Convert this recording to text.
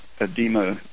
Edema